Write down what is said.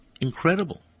incredible